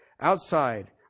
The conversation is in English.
Outside